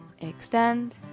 extend